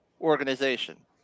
organization